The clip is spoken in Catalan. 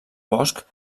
bosc